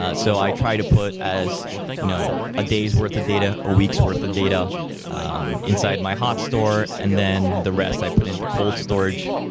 ah so i try to put as you know a day's worth of data, a week's worth of data um inside my hot store and then the rest i put in the cold storage.